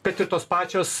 kad ir tos pačios